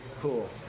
cool